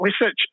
research